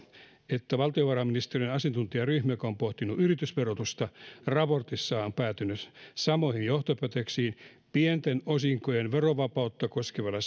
että valtiovarainministeriön asiantuntijaryhmä joka on pohtinut yritysverotusta raportissaan on päätynyt samoihin johtopäätöksiin pienten osinkojen verovapautta koskevilla